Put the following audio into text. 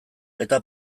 eta